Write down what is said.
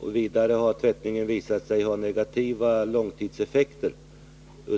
Vidare har tvättningen visat sig ha negativa långtidseffekter.